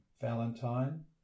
Valentine